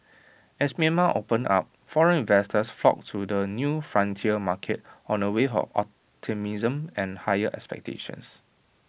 as Myanmar opened up foreign investors flocked to the new frontier market on A wave of optimism and high expectations